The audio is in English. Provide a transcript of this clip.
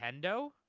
Nintendo